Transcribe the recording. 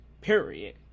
Period